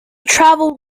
travelled